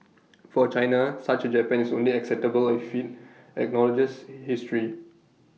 for China such Japan is only acceptable if IT acknowledges history